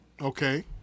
Okay